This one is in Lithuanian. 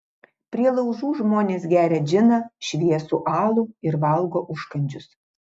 prie laužų žmonės geria džiną šviesų alų ir valgo užkandžius